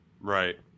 Right